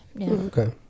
okay